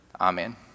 Amen